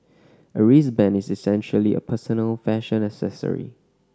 a wristband is essentially a personal fashion accessory